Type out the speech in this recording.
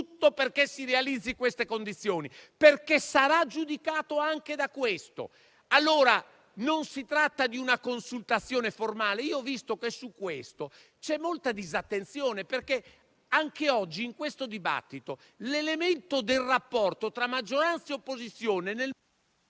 perché si realizzino certe condizioni, perché sarà giudicato anche per questo. Non si tratta allora di una consultazione formale. Ho visto che sul punto c'è molta disattenzione, perché anche oggi in questo dibattito l'elemento del rapporto tra maggioranza e opposizione nel...